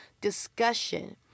discussion